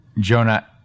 Jonah